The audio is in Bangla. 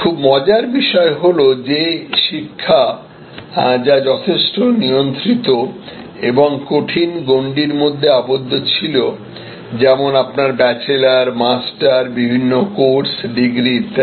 খুব মজার বিষয় হল যে শিক্ষা যা যথেষ্ট নিয়ন্ত্রিত এবং কঠিন গণ্ডির মধ্যে আবদ্ধ ছিল যেমন আপনার ব্যাচেলর মাস্টার বিভিন্ন কোর্স ডিগ্রি ইত্যাদি